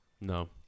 no